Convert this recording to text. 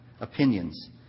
opinions